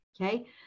Okay